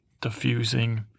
diffusing